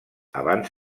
abans